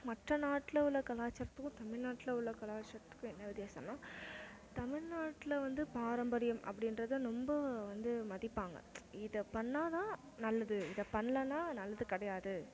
மற்ற நாட்டில் உள்ள கலாச்சாரத்துக்கும் தமிழ்நாட்டில் உள்ள கலாச்சாரத்துக்கும் என்ன வித்தியாசனா தமிழ்நாட்டில் வந்து பாரம்பரியம் அப்படின்றத ரொம்ப வந்து மதிப்பாங்க இதை பண்ணால் தான் நல்லது இதை பண்லைனா நல்லது கிடையாது